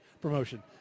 promotion